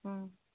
অঁ